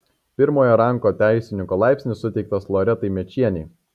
pirmojo rango teisininko laipsnis suteiktas loretai mėčienei